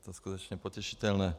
Je to skutečně potěšitelné.